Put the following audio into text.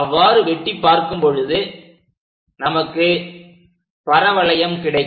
அவ்வாறு வெட்டி பார்க்கும் பொழுது நமக்கு பரவளையம் கிடைக்கும்